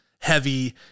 heavy